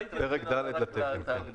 פרק ד' לתקן.